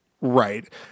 Right